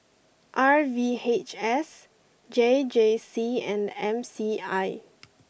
R V H S J J C and M C I